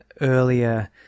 earlier